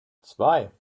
zwei